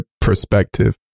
perspective